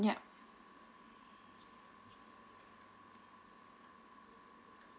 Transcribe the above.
yup